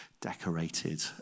decorated